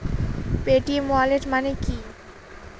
Paytm wallet মানে কি?